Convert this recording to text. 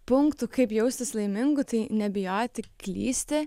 punktų kaip jaustis laimingu tai nebijoti klysti